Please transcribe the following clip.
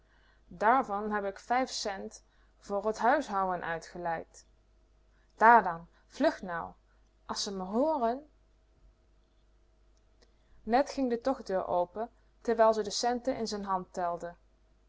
daarvan heb k vijf centen voor t huishouen uitgeleid daar dan vlug nou as ze me hooren net ging de tochtdeur open terwijl ze de centen in z'n hand telde